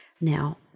Now